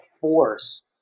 force